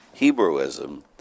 Hebrewism